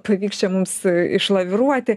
pavyks čia mums išlaviruoti